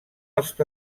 els